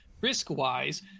Risk-wise